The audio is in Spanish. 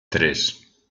tres